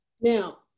Now